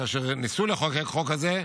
כאשר ניסו לחוקק חוק כזה,